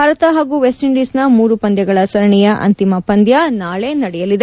ಭಾರತ ಹಾಗೂ ವೆಸ್ಟ್ಇಂಡೀಸ್ನ ಮೂರು ಪಂದ್ಯಗಳ ಸರಣಿಯ ಅಂತಿಮ ಪಂದ್ಯ ನಾಳೆ ನಡೆಯಲಿದೆ